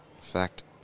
fact